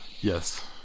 yes